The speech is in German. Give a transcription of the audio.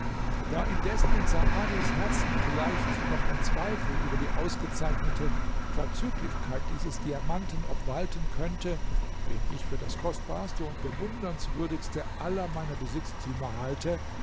da indessen in saadis herzen vielleicht noch ein zweifel über die ausgezeichnete vorzüglichkeit dieses diamanten obwalten könnte den ich für das kostbarste und bewundernswürdigste aller meiner besitztümer halte